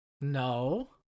No